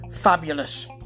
Fabulous